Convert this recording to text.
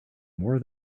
more